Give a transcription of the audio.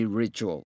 ritual